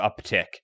uptick